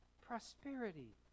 Prosperity